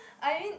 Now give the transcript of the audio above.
I mean